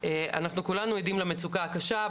אנחנו כולנו עדים למצוקה הקשה,